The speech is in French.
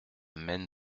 maine